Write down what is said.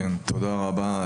תודה רבה,